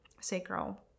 sacral